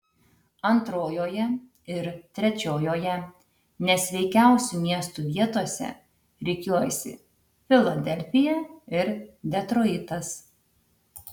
antrojoje ir trečiojoje nesveikiausių miestų vietose rikiuojasi filadelfija ir detroitas